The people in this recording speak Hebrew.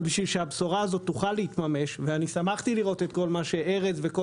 אבל כדי שהבשורה הזאת תוכל להתממש שמחתי לראות מה שארז וכל